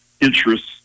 interests